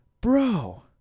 bro